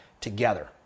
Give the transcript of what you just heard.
together